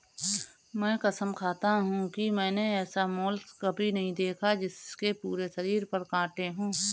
मैं कसम खाता हूँ कि मैंने ऐसा मोलस्क कभी नहीं देखा जिसके पूरे शरीर पर काँटे हों